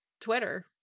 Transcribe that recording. Twitter